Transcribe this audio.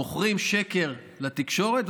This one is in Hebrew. מוכרים שקר לתקשורת,